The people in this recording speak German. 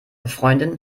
freundin